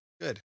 Good